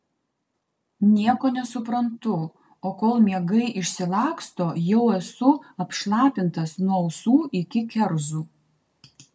nieko nesuprantu o kol miegai išsilaksto jau esu apšlapintas nuo ausų iki kerzų